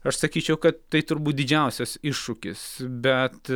aš sakyčiau kad tai turbūt didžiausias iššūkis bet